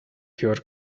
your